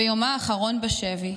ביומה האחרון בשבי,